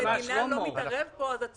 אם המדינה לא מתערבת פה, את צודקת,